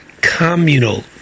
communal